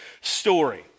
story